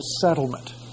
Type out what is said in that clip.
settlement